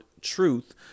truth